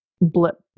blip